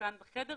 כאן בחדר